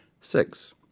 six